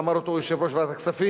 שאמר יושב-ראש ועדת הכנסת,